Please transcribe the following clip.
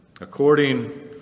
According